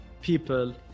people